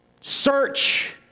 search